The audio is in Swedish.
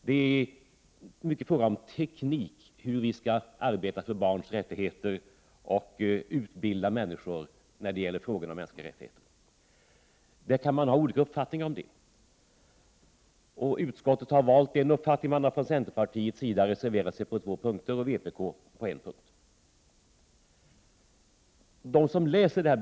Det handlar mycket om teknik för hur vi skall arbeta för barns rättigheter och med att utbilda människor när det gäller frågor om mänskliga rättigheter. Man kan ha olika uppfattningar om detta. Utskottet har valt en uppfattning. Man har från centerpartiets sida reserverat sig på två punkter och vpk har reserverat sig på en punkt.